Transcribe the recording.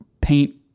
paint